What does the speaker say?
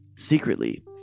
Secretly